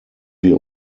wir